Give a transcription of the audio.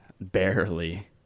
Barely